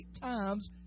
times